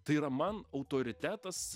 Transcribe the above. tai yra man autoritetas